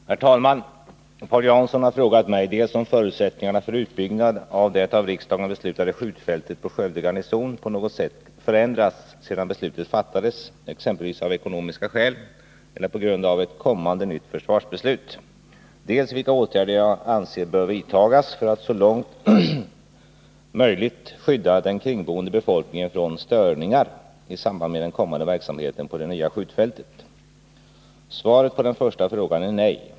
Herr talman! Paul Jansson har frågat mig dels om förutsättningarna för utbyggnad av det av riksdagen beslutade skjutfältet för Skövde garnison på något sätt förändrats sedan beslutet fattades, exempelvis av ekonomiska skäl eller på grund av ett kommande nytt försvarsbeslut, dels vilka åtgärder jag anser bör vidtagas för att så långt möjligt skydda den kringboende befolkningen från störningar i samband med den kommande verksamheten på det nya skjutfältet. Svaret på den första frågan är nej.